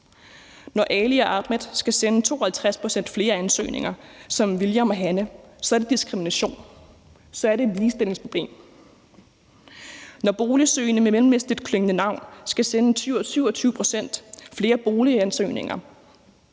Når Ali og Ahmed skal sende 52 pct. flere ansøgninger end William og Hanne, er det diskrimination, og så er det et ligestillingsproblem. Når boligsøgende med et mellemøstligt klingende navn skal sende 27 pct. flere boligansøgninger